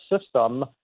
system